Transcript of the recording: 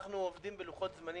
אנחנו עובדים בלוחות זמנים,